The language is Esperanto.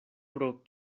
pro